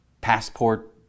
Passport